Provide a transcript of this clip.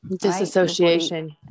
Disassociation